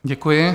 Děkuji.